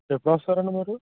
ఎప్పుడు వస్తారండి మీరు